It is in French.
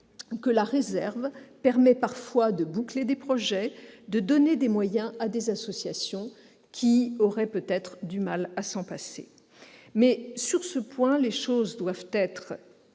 que la réserve permet de boucler des projets, de donner des moyens à des associations qui auraient peut-être du mal à s'en passer. Mais, sur ce point, les choses doivent être